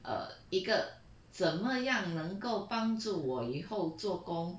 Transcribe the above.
err 一个怎么样能够帮助我以后做工